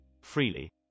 freely